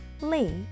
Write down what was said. Lee